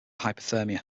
hypothermia